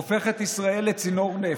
הופך את ישראל לצינור נפט.